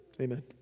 Amen